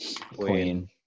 Queen